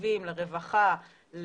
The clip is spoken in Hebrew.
לתקציבים לרווחה,